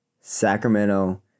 Sacramento